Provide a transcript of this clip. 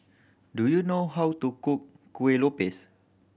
do you know how to cook Kuih Lopes